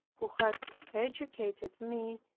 who had educated me,